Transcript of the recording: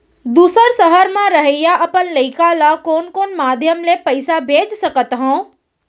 दूसर सहर म रहइया अपन लइका ला कोन कोन माधयम ले पइसा भेज सकत हव?